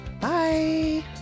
Bye